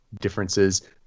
differences